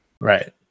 Right